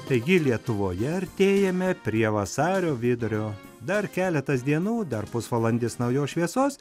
taigi lietuvoje artėjame prie vasario vidurio dar keletas dienų dar pusvalandis naujos šviesos